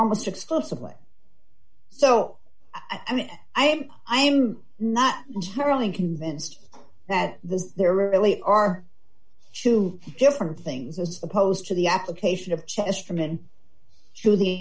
almost exclusively so i mean i am i am not entirely convinced that the there really are two different things as opposed to the application of chesterman to the